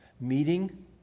meeting